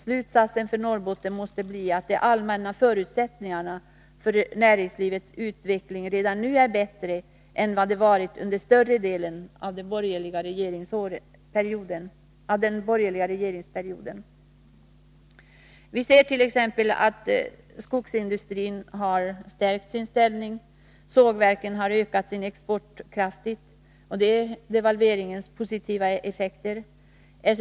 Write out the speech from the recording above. Slutsatsen för Norrbotten måste bli att de allmänna förutsättningarna för näringslivets utveckling redan nu är bättre än vad de har varit under större delen av den borgerliga regeringsperioden. att skogsindustrin har stärkt sin ställning i länet, sågverken har ökat sin export kraftigt — det är devalveringens positiva effekter.